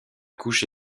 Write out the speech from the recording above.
couche